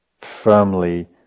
firmly